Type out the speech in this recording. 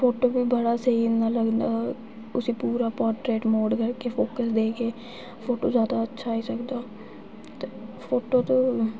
photo बी बड़ा स्हेई होंदा उसी पूरा पोर्टेट मोड च फोकस देईयै फोटो जैदा अच्छा आई सकदा ते फोटो ते